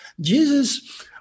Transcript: Jesus